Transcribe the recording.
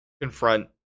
confront